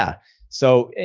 yeah so,